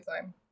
time